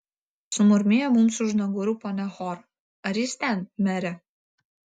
sumurmėjo mums už nugarų ponia hor ar jis ten mere